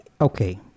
Okay